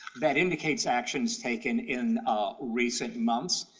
that indicates actions taken in recent months.